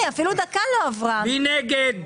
מי נגד?